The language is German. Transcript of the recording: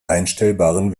einstellbaren